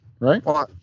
Right